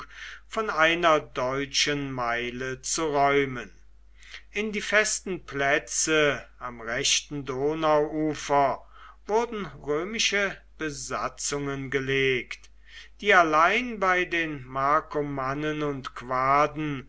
von einer deutschen meile zu räumen in die festen plätze am rechten donauufer wurden römische besatzungen gelegt die allein bei den markomannen und quaden